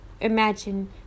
imagine